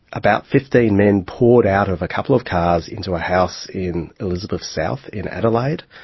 about fifteen men poured out of a couple of cars into a house in elizabeth south in adelaide,